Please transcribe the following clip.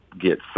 get